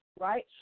right